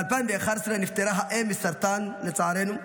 ב-2011 נפטרה האם מסרטן, לצערנו.